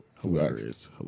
Hilarious